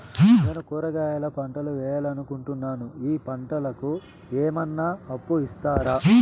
నేను కూరగాయల పంటలు వేయాలనుకుంటున్నాను, ఈ పంటలకు ఏమన్నా అప్పు ఇస్తారా?